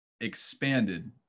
expanded